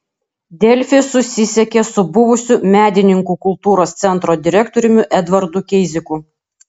delfi susisiekė su buvusiu medininkų kultūros centro direktoriumi edvardu keiziku